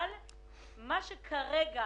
אבל כרגע